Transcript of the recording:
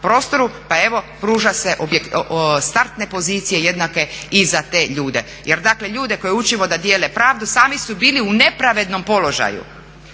prostoru pa evo pružaju se startne pozicije jednake i za te ljude. Jer dakle ljude koje učimo da dijele pravdu sami su bili u nepravednom položaju.